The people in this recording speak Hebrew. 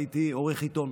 הייתי עורך עיתון.